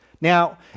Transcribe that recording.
Now